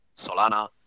Solana